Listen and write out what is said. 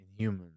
Inhumans